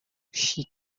she